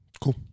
Cool